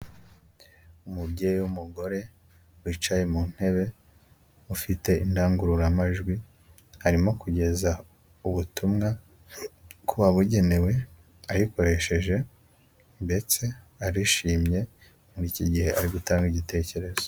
Umubyeyi w'umugore, wicaye mu ntebe, ufite indangururamajwi, arimo kugeza ubutumwa ku babugenewe ayikoresheje ndetse arishimye muri iki gihe ari gutanga igitekerezo.